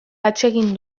atsegin